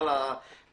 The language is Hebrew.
עוד הערה.